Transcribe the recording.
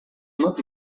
not